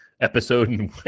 episode